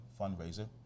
fundraiser